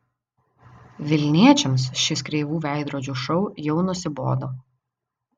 vilniečiams šis kreivų veidrodžių šou jau nusibodo